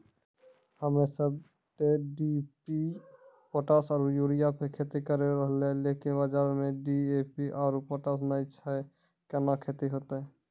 हम्मे सब ते डी.ए.पी पोटास आरु यूरिया पे खेती करे रहियै लेकिन बाजार मे डी.ए.पी आरु पोटास नैय छैय कैना खेती होते?